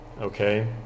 Okay